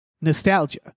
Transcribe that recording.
nostalgia